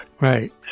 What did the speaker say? right